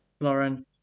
lauren